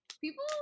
People